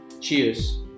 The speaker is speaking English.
Cheers